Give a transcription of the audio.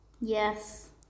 Yes